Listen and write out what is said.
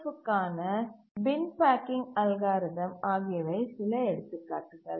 எஃப்க்கான bin packing algorithm ஆகியவை சில எடுத்துக்காட்டுகள்